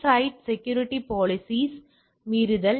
side security policies மீறுதல்